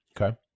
okay